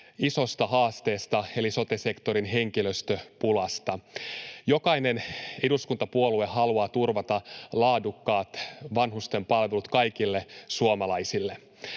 isosta haasteesta eli sote-sektorin henkilöstöpulasta. Jokainen eduskuntapuolue haluaa turvata laadukkaat vanhustenpalvelut kaikille suomalaisille.